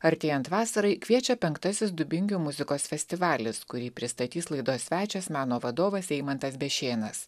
artėjant vasarai kviečia penktasis dubingių muzikos festivalis kurį pristatys laidos svečias meno vadovas eimantas bešėnas